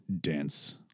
dense